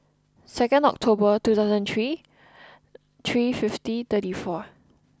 second October two thousand three three fifty thirty four